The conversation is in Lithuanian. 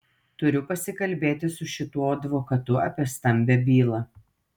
turiu pasikalbėti su šituo advokatu apie stambią bylą